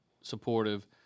supportive